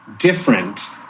different